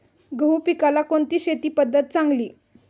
गहू पिकाला कोणती शेती पद्धत चांगली?